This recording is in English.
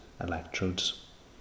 electrodes